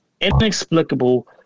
inexplicable